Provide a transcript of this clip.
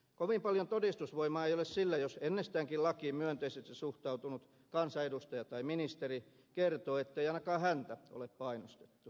kovin paljon todistusvoimaa ei ole sillä jos ennestäänkin lakiin myönteisesti suhtautunut kansanedustaja tai ministeri kertoo ettei ainakaan häntä ole painostettu